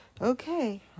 okay